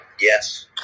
Yes